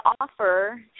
offer